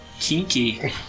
Kinky